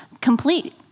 complete